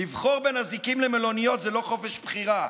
לבחור בין אזיקים למלוניות זה לא חופש בחירה,